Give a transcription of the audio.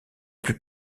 plus